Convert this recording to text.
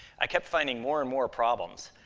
i kept finding more and more problems.